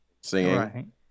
singing